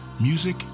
Music